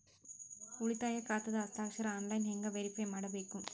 ಉಳಿತಾಯ ಖಾತಾದ ಹಸ್ತಾಕ್ಷರ ಆನ್ಲೈನ್ ಹೆಂಗ್ ವೇರಿಫೈ ಮಾಡಬೇಕು?